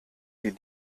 die